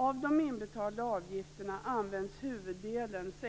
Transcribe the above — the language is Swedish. Av de inbetalda avgifterna används huvuddelen -